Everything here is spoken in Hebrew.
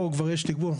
פה כבר יש תגבור.